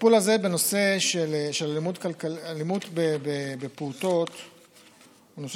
הטיפול הזה בנושא של אלימות בפעוטות הוא נושא